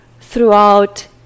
throughout